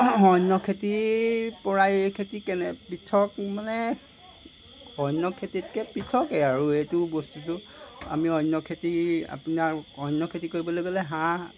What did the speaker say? অন্য খেতিৰ পৰাই এই খেতি কেনে পৃথক মানে অন্য খেতিতকৈ পৃথকে আৰু এইটো বস্তুটো আমি অন্য খেতি আপোনাৰ অন্য খেতি কৰিবলৈ গ'লে হাঁহ